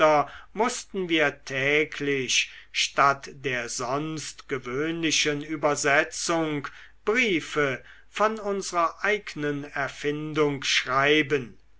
mußten wir täglich statt der sonst gewöhnlichen übersetzung briefe von unsrer eignen erfindung schreiben